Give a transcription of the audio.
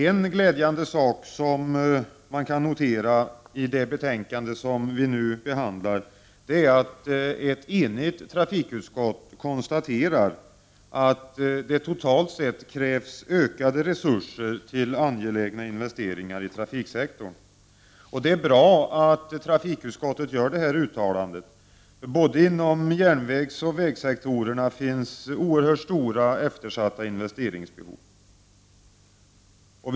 En glädjande sak som man kan notera beträffande det betänkande som vi nu behandlar är att ett enigt trafikutskott konstaterar att det totalt sett krävs ökade resurser till angelägna investeringar inom trafiksektorn. Det är bra att utskottet gör detta uttalande. Både inom järnvägssektorn och inom vägsektorn finns det oerhört stora eftersatta investeringsbehov.